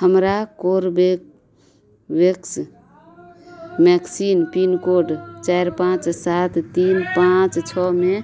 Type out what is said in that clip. हमरा Corbevax vaccine pincode चारि पाँच सात तीन पाँच छओमे